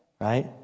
right